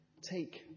Take